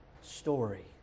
story